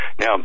Now